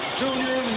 junior